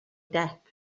depp